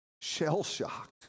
Shell-shocked